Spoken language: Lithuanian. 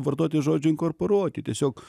vartoti žodžio inkorporuoti tiesiog